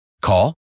Call